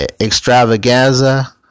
extravaganza